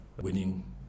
winning